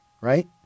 right